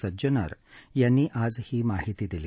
सज्जनर याप्ती आज ही माहिती दिली